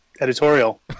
editorial